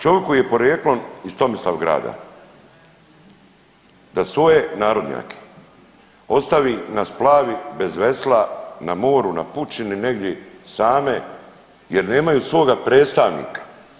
Čovik koji je porijeklom iz Tomislavgrada da svoje narodnjake ostavi na splavi bez vesla na moru, na pučini negdje same jer nemaju svoga predstavnika.